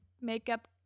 makeup